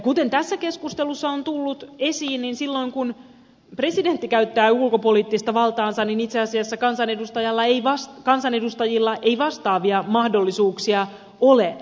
kuten tässä keskustelussa on tullut esiin niin silloin kun presidentti käyttää ulkopoliittista valtaansa niin itse asiassa kansanedustajilla ei vastaavia mahdollisuuksia ole